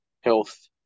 health